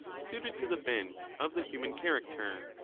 suited to the bent of the human character.